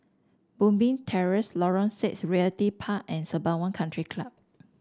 Moonbeam Terrace Lorong Six Realty Park and Sembawang Country Club